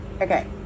Okay